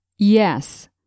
Yes